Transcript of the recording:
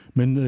Men